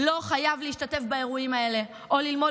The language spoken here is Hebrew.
לא חייב להשתתף באירועים האלה או ללמוד